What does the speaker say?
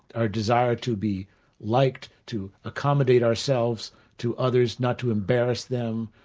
a desire to be liked, to accommodate ourselves to others, not to embarrass them,